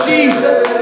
Jesus